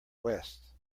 west